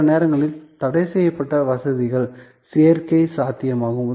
சில நேரங்களில் தடைசெய்யப்பட்ட வசதிகளில் சேர்க்கை சாத்தியமாகும்